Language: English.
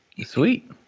Sweet